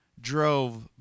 drove